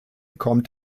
kommt